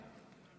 מרגש.